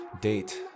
date